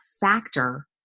factor